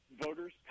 voters